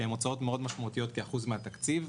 שהן הוצאות משמעותיות מאוד כאחוז מהתקציב.